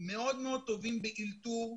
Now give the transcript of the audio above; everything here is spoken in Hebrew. מאוד מאוד טובים באלתור,